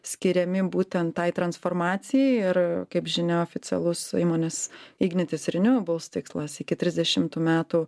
skiriami būtent tai transformacijai ir kaip žinia oficialus įmonės ignitis renewables tikslas iki trisdešimtų metų